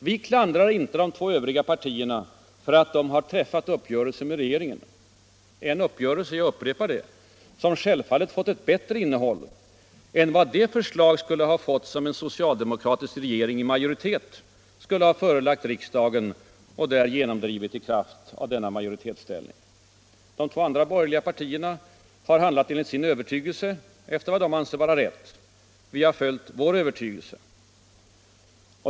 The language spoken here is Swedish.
Vi klandrar inte de två övriga partierna för att de nu har träffat en uppgörelse med regeringen, en uppgörelse som — jag upprepar det — självfallet har fått ett bättre innehåll än vad de förslag skulle ha fått som en socialdemokratisk regering i majoritet skulle ha förelagt riksdagen och där genomdrivit i kraft av denna majoritetsställning. De två andra borgerliga partierna har handlat enligt sin övertygelse, efter vad de anser vara rätt. Vi har följt vår övertygelse.